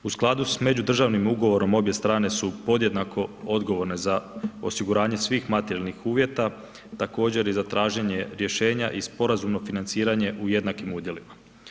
U skladu sa međudržavnim ugovorom, obje strane su podjednako odgovorne za osiguranje svih materijalnih uvjeta također i za traženje rješenja i sporazumno financiranje u jednakim udjelima.